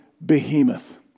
behemoth